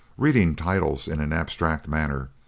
reading titles in an abstracted manner,